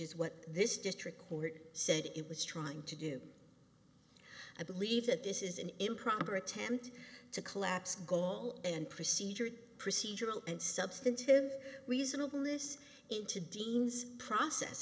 is what this district court said it was trying to do i believe that this is an improper attempt to collapse goal and procedure procedural and substantive reasonable is into dean's process